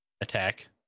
attack